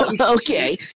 Okay